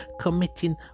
committing